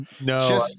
No